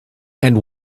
and